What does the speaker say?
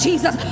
Jesus